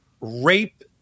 rape